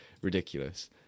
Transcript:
ridiculous